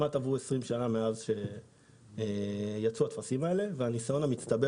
עברו כמעט 20 שנים מאז שיצאו הטפסים הללו והניסיון המצטבר